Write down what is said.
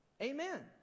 Amen